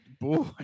boy